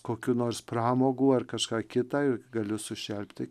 kokių nors pramogų ar kažką kitą ir galiu sušelpti